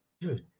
dude